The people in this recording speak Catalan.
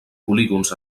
polígons